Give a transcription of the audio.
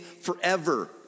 forever